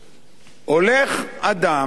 הולך אדם,